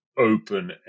open